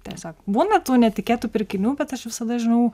tiesiog būna tų netikėtų pirkinių bet aš visada žinau